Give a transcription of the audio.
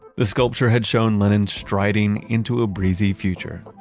the sculpture had shown lenin striding into a breezy future,